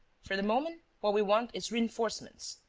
for the moment, what we want is reinforcements.